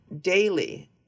daily